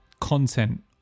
content